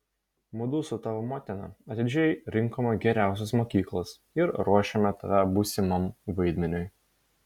mudu su tavo motina atidžiai rinkome geriausias mokyklas ir ruošėme tave būsimam vaidmeniui